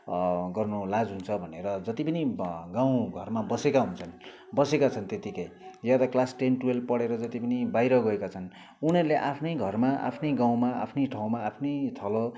गर्नु लाज हुन्छ भनेर जति पनि गाउँ घरमा बसेका हुन्छन् बसेका छन् त्यत्तिकै या त क्लास टेन टुवेल्ब पढेर जति पनि बाहिर गएका छन् उनीहरूले आफ्नै घरमा आफ्नै गाउँमा आफ्नै ठाउँमा आफ्नै थलो